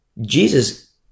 Jesus